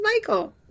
Michael